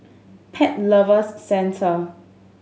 Pet Lovers Centre